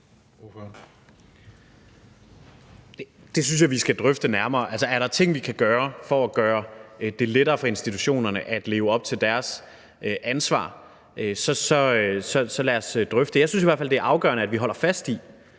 Det synes jeg vi skal drøfte nærmere. Er der ting, vi kan gøre for at gøre det lettere for institutionerne at leve op til deres ansvar, så lad os drøfte det. Jeg synes i hvert fald, det er afgørende, at vi holder fast i,